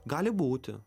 gali būti